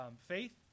faith